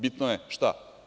Bitno je šta?